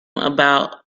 about